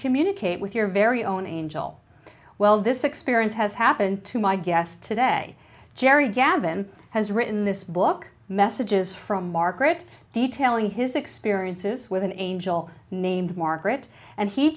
communicate with your very own angel well this experience has happened to my guest today jerry gavin has written this book messages from margaret detailing his experiences with an angel named margaret and he